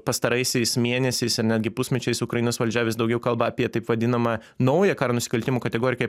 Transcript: pastaraisiais mėnesiais ir netgi pusmečiais ukrainos valdžia vis daugiau kalba apie taip vadinamą naują karo nusikaltimų kategoriją kaip